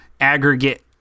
aggregate